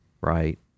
right